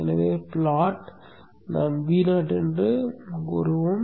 எனவே ப்லாட் நாம் Vo என்று சொல்லலாம்